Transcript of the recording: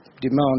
demand